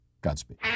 Godspeed